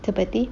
seperti